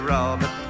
Robert